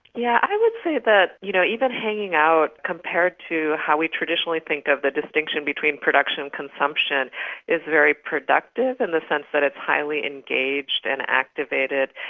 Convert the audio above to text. yeah i would say that you know even hanging out compared to how we traditionally think of the distinction between production and consumption is very productive in the sense that is highly engaged and activated,